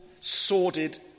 sordid